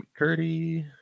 McCurdy